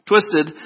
Twisted